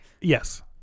Yes